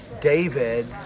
David